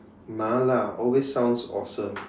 Mala always sounds awesome